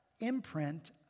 imprint